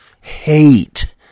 hate